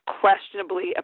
questionably